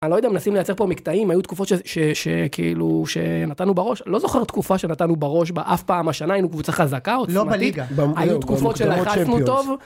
אני לא יודע, מנסים לייצר פה מקטעים, היו תקופות שכאילו שנתנו בראש, לא זוכר תקופה שנתנו בראש באף פעם השנה, היינו קבוצה חזקה עוצמתית, היו תקופות של היחד שם טוב.